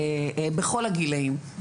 בכל הגילאים,